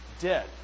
dead